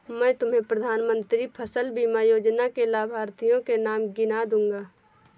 मैं तुम्हें प्रधानमंत्री फसल बीमा योजना के लाभार्थियों के नाम गिना दूँगा